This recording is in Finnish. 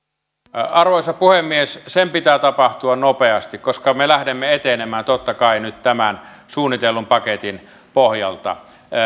arvoisa puhemies sen pitää tapahtua nopeasti koska me lähdemme etenemään totta kai nyt tämän suunnitellun paketin pohjalta